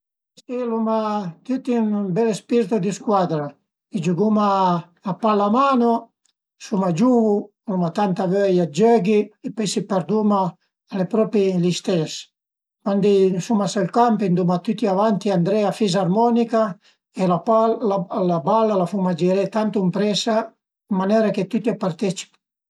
Cuandi eru giuvu, cuindi a l'età dizuma vint'ani più o meno, fazìu part d'ün grüp dë giuve ënt ël pais, ël grüp al era furmà da uperai e dë stüdent e suma furmase li perché discütìu, s'truvavu tüte le zman-e e fazìu anche ün giurnalin